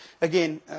again